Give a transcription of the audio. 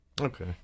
Okay